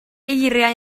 eiriau